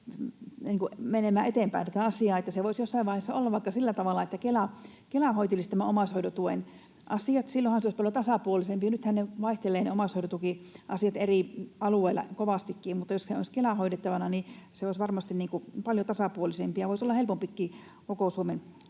menemään eteenpäin tätä asiaa. Se voisi jossain vaiheessa olla vaikka sillä tavalla, että Kela hoitelisi omaishoidon tuen asiat, ja silloinhan se olisi paljon tasapuolisempi. Nythän ne omaishoidon tuen asiat vaihtelevat eri alueilla kovastikin, mutta jos ne olisivat Kelan hoidettavana, se olisi varmasti paljon tasapuolisempi ja voisi olla helpompikin koko Suomen